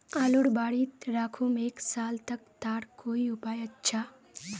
आलूर बारित राखुम एक साल तक तार कोई उपाय अच्छा?